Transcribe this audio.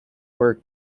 work